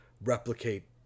replicate